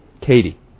Katie